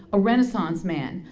a renaissance man,